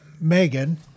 Megan